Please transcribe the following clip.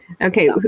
Okay